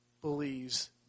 believes